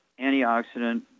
antioxidant